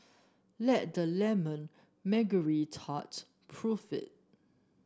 let the lemon tart prove it